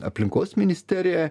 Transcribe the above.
aplinkos ministerija